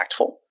impactful